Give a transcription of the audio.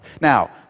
Now